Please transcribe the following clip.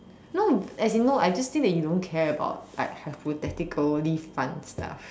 no as in no I just say that you don't care about like hypothetically fun stuff